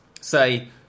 Say